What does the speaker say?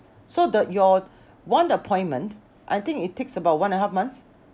so the your one appointment I think it takes about one and half months